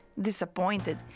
Disappointed